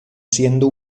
siendo